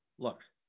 Look